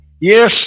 Yes